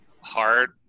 hard